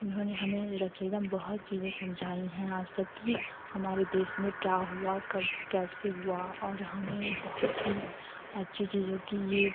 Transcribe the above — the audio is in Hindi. इन्होंने हमें रचैता में बहुत सी चीज़ें समझाई है आज तक की हमारे देश में क्या हुआ कब कैसे हुआ और हमें बहुत ही अच्छी चीज़ों की यह